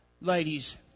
ladies